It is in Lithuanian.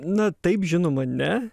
na taip žinoma ne